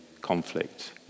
conflict